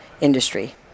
industry